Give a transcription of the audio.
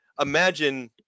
imagine